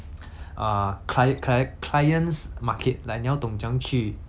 err clie~ clie~ clients market like 你要懂怎样去